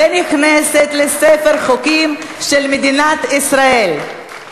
ונכנסת לספר החוקים של מדינת ישראל.